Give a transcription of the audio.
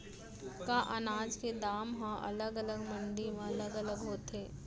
का अनाज के दाम हा अलग अलग मंडी म अलग अलग होथे?